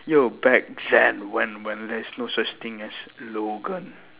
yo back then when when there is no such thing as logan